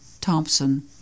Thompson